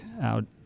out